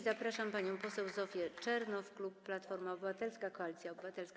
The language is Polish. Zapraszam panią poseł Zofię Czernow, klub Platforma Obywatelska - Koalicja Obywatelska.